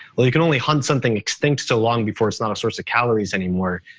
well, you can only hunt something extinct so long before it's not a source of calories anymore.